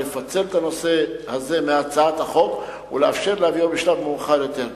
לפצל את הנושא הזה מהצעת החוק ולאפשר להביאו בשלב מאוחר יותר.